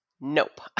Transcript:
Nope